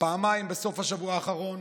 פעמיים בסוף השבוע האחרון